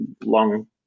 long